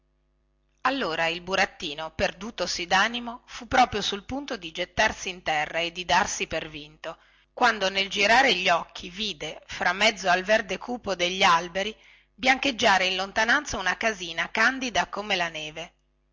allora il burattino perdutosi danimo fu proprio sul punto di gettarsi in terra e di darsi per vinto quando nel girare gli occhi allintorno vide fra mezzo al verde cupo degli alberi biancheggiare in lontananza una casina candida come la neve